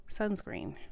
sunscreen